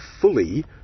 fully